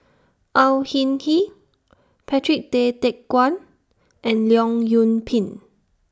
Au Hing Yee Patrick Tay Teck Guan and Leong Yoon Pin